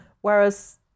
whereas